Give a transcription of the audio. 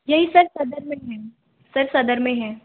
यहीं सर सदर में सर सदर में है